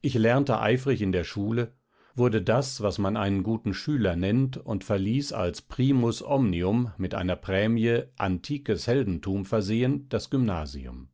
ich lernte eifrig in der schule wurde das was man einen guten schüler nennt und verließ als primus omnium mit einer prämie antikes heldentum versehen das gymnasium